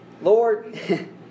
Lord